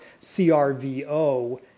crvo